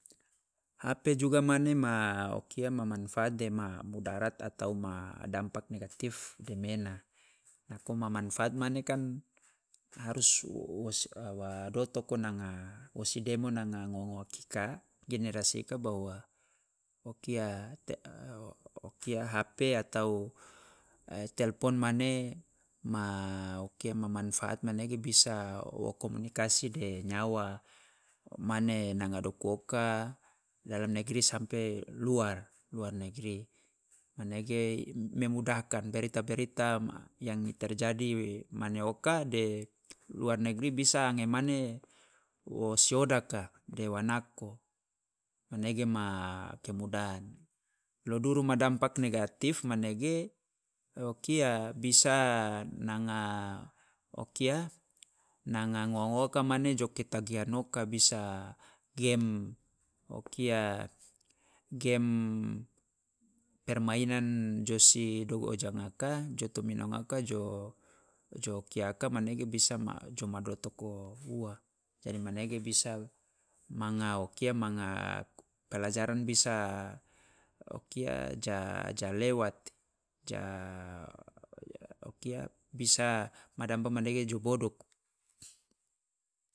Hp juga mane ma o kia ma manfaat dema mudarat atau ma dampak negatif demena, nako ma manfaat mane kan harus wo si wa- wa dotoko nanga wo si demo nanga ngo- ngowa kika generasi ika bahwa o kia de o kia hp atau telpon mane ma o kia ma manfaat manege bisa wo komunikasi de nyawa, mane nanga doku oka dalam negeri sampe luar luar negeri, manege memudahkan berita berita ma yang terjadi mane oka de luar negeri bisa ange mane wo si odaka de wa nako, manege ma kemudahan. Loduru ma dampak negatif manege kia bisa nanga o kia nanga ngowa ngowa ka manege jo ketagihan oka, bisa gem, kia gem permainan jo sidogo ja ngaka jo to mina ma ka jo jo kia ka manege bisa ma jo ma dotoko ua, jadi manege bisa manga o kia manga pelajaran bisa o kia ja- ja lewati ja o kia bisa ma dampak manege jo bodoko.